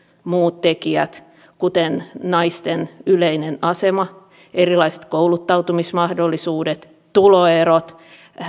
muut tekijät kuten naisten yleinen asema erilaiset kouluttautumismahdollisuudet tuloerot